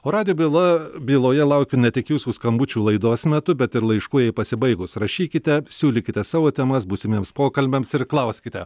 o radijo byla byloje laukiu ne tik jūsų skambučių laidos metu bet ir laiškų jai pasibaigus rašykite siūlykite savo temas būsimiems pokalbiams ir klauskite